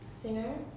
singer